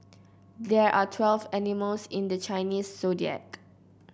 there are twelve animals in the Chinese Zodiac